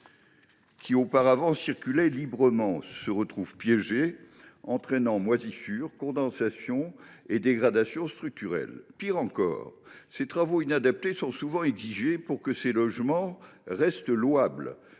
qui, auparavant, circulait librement se retrouve piégée, entraînant moisissures, condensation et dégradations structurelles. Pis encore, des travaux inadaptés sont souvent exigés pour que ces logements restent louables.